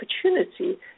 opportunity